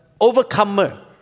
overcomer